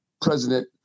President